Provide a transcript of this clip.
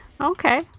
Okay